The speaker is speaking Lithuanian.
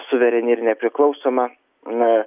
suvereni ir nepriklausoma na